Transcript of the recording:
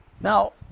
Now